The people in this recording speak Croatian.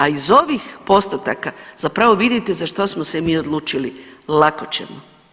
A iz ovih postotaka zapravo vidite za što smo se mi odlučili, lako ćemo.